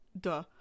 Duh